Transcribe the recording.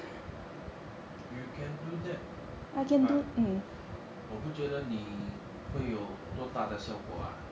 you can do that but 我不觉得你会有多大的效果 ah